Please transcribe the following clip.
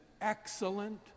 excellent